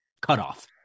cutoff